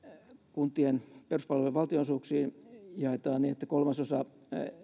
kuntien peruspalveluiden valtionosuuksiin jaetaan niin että kolmasosa